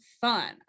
fun